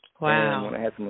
Wow